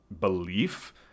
belief